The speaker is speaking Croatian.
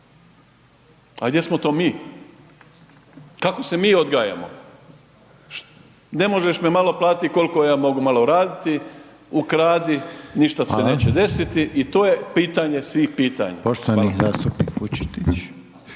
A gdje smo to mi? Kako se mi odgajamo? Ne možeš me malo platiti koliko ja mogu malo raditi, ukradi ništa se neće desiti i to je pitanje …/Upadica: